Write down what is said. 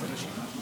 מאה אחוז.